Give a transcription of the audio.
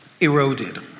eroded